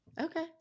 Okay